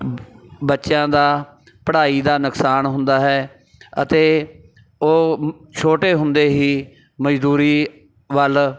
ਬੱਚਿਆਂ ਦਾ ਪੜ੍ਹਾਈ ਦਾ ਨੁਕਸਾਨ ਹੁੰਦਾ ਹੈ ਅਤੇ ਉਹ ਛੋਟੇ ਹੁੰਦੇ ਹੀ ਮਜ਼ਦੂਰੀ ਵੱਲ